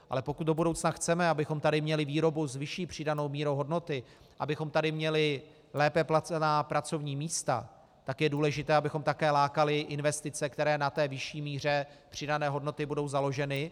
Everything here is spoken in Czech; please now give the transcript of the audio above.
Ale pokud do budoucna chceme, abychom tady měli výrobu s vyšší přidanou mírou hodnoty, abychom tady měli lépe placená pracovní místa, tak je důležité, abychom také lákali investice, které na té vyšší míře přidané hodnoty budou založeny.